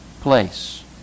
place